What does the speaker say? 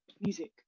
music